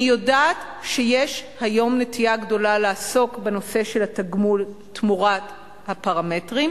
אני יודעת שיש היום נטייה גדולה לעסוק בנושא של התגמול תמורת הפרמטרים,